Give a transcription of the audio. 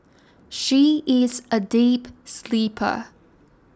she is a deep sleeper